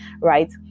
right